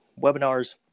webinars